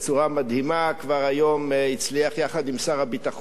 מדהימה וכבר היום הצליח יחד עם שר הביטחון,